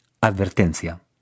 Advertencia